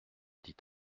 dit